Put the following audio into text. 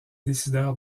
décideurs